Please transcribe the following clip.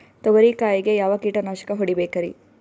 ತೊಗರಿ ಕಾಯಿಗೆ ಯಾವ ಕೀಟನಾಶಕ ಹೊಡಿಬೇಕರಿ?